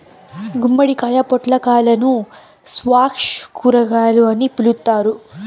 గుమ్మడికాయ, పొట్లకాయలను స్క్వాష్ కూరగాయలు అని పిలుత్తారు